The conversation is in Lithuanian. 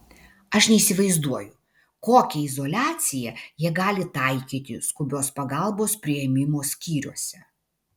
aš neįsivaizduoju kokią izoliaciją jie gali taikyti skubios pagalbos priėmimo skyriuose